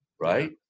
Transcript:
right